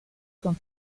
con